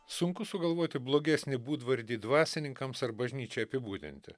sunku sugalvoti blogesnį būdvardį dvasininkams ar bažnyčiai apibūdinti